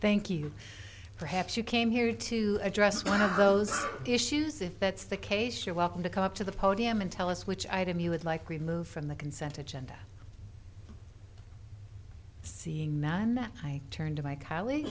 thank you perhaps you came here to address one of those issues if that's the case you're welcome to come up to the podium and tell us which item you would like remove from the consent agenda seeing man i turned to my coll